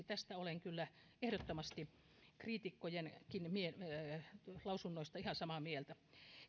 tästä olen kyllä ehdottomasti kriitikkojenkin lausuntojen kanssa ihan samaa mieltä